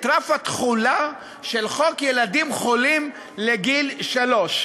רף התחולה של חוק חינוך חינם לילדים חולים לגיל שלוש.